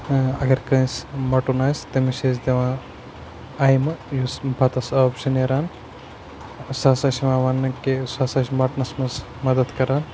اگر کٲنٛسہِ مَۄٹُن آسہِ تٔمِس چھِ أسۍ دِوان اَمہِ یُس بَتَس آب چھُ نیران سُہ ہَسا چھُ یِوان وَنٛنہٕ کہِ سُہ ہَسا چھُ مَٹنَس منٛز مَدَتھ کران